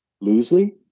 loosely